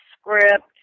script